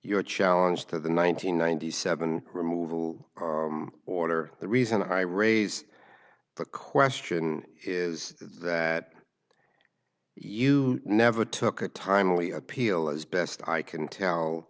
your challenge to the nine hundred ninety seven removal order the reason i raise the question is that you never took a timely appeal as best i can tell